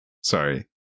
sorry